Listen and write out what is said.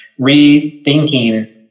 rethinking